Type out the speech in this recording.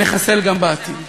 נחסל גם בעתיד.